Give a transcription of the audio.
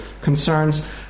concerns